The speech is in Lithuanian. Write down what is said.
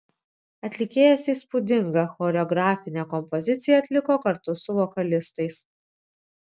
atlikėjas įspūdingą choreografinę kompoziciją atliko kartu su vokalistais